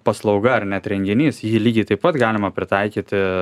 paslauga ar net renginys jį lygiai taip pat galima pritaikyti